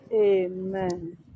Amen